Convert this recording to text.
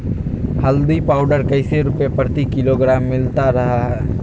हल्दी पाउडर कैसे रुपए प्रति किलोग्राम मिलता रहा है?